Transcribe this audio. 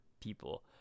people